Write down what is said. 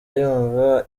yumva